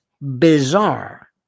bizarre